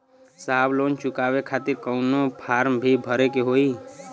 साहब लोन चुकावे खातिर कवनो फार्म भी भरे के होइ?